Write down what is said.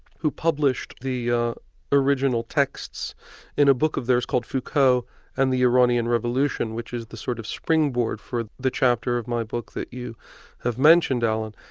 who published the original texts in a book of theirs called foucault and the iranian revolution, which is the sort of springboard for the chapter of my book that you have mentioned, alan.